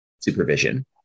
supervision